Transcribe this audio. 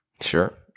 sure